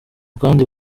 kandi